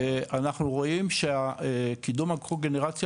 אנחנו רואים שהקידום הקוגנרציה,